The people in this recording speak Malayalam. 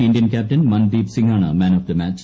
ഇന്ത്യൻ ക്യാപ്റ്റൻ മൻദീപ് സിങ്ങാണ് മാൻ ഓഫ് ദി മാച്ച്